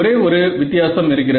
ஒரே ஒரு வித்தியாசம் இருக்கிறது